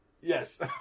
Yes